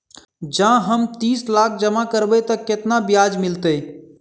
जँ हम तीस लाख जमा करबै तऽ केतना ब्याज मिलतै?